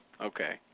okay